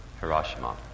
Hiroshima